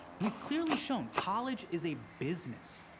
we've clearly shown, college is a business,